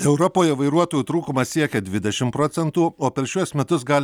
europoje vairuotojų trūkumas siekia dvidešim procentų o per šiuos metus gali